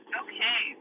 okay